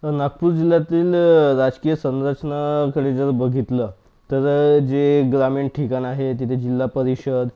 नागपूर जिल्हातील राजकीय संरचनाकडे जर बघितलं तर जे ग्रामीण ठिकाण आहे तिथे जिल्हा परिषद